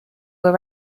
were